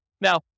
Now